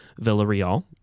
Villarreal